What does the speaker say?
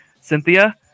Cynthia